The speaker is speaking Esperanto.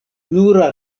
nura